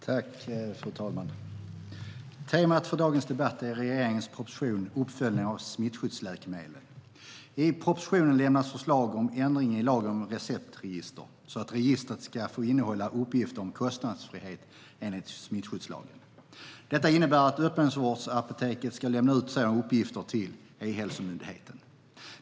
Fru talman! Temat för dagens debatt är regeringens proposition Uppföljning av smittskyddsläkemedel . I propositionen lämnas förslag om ändring i lagen om receptregister, så att registret ska få innehålla uppgift om kostnadsfrihet enligt smittskyddslagen. Det innebär att öppenvårdsapoteken ska lämna ut sådana uppgifter till E-hälsomyndigheten.